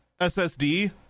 SSD